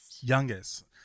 Youngest